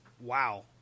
Wow